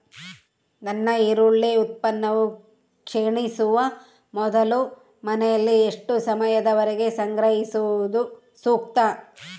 ನನ್ನ ಈರುಳ್ಳಿ ಉತ್ಪನ್ನವು ಕ್ಷೇಣಿಸುವ ಮೊದಲು ಮನೆಯಲ್ಲಿ ಎಷ್ಟು ಸಮಯದವರೆಗೆ ಸಂಗ್ರಹಿಸುವುದು ಸೂಕ್ತ?